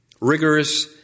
Rigorous